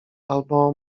albo